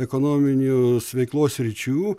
ekonominių veiklos sričių